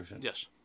Yes